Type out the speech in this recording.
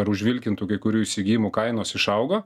ar užvilkintų kai kurių įsigijimų kainos išaugo